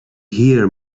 here